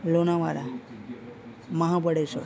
Lonavala Mahabaleshwar